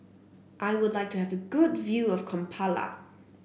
I would like to have a good view of Kampala